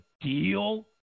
deal